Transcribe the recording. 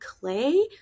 clay